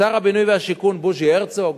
שר הבינוי והשיכון בוז'י הרצוג,